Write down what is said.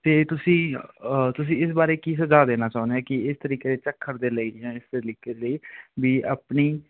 ਅਤੇ ਤੁਸੀਂ ਤੁਸੀਂ ਇਸ ਬਾਰੇ ਕੀ ਸੁਝਾਅ ਦੇਣਾ ਚਾਹੁੰਦੇ ਹੈ ਕਿ ਇਸ ਤਰੀਕੇ ਦੇ ਝੱਖੜ ਦੇ ਲਈ ਜਾਂ ਇਸਦੇ ਲਈ ਵੀ ਆਪਣੀ